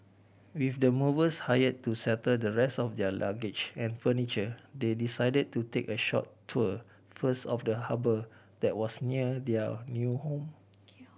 with the movers hired to settle the rest of their luggage and furniture they decided to take a short tour first of the harbour that was near their new home